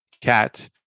cat